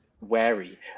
wary